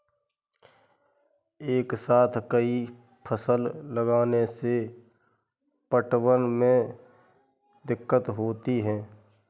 एक साथ कई फसल लगाने से पटवन में दिक्कत होती है